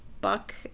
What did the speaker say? buck